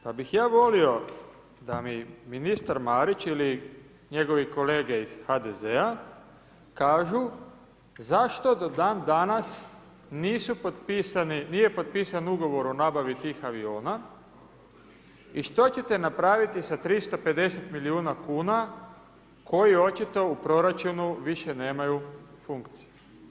Pa bih ja volio da mi ministar Marić, ili njegove kolege iz HDZ-a kažu zašto do dan danas nije potpisan ugovor o nabavi tih aviona i što ćete napraviti sa 350 milijuna kuna koji očito u proračunu više nemaju funkciju.